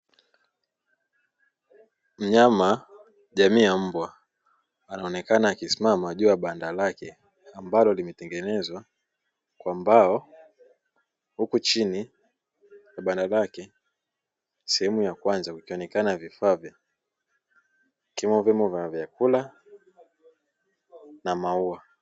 Wanyama jamii ya mbwa, anaonekana akisimama juu ya banda lake ambalo limetengenezwa kwa mbao, huku chini ya banda lake sehemu ya kwanza ukionekana vifaa vya kama vile vyombo vya vyakula na maua.